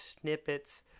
snippets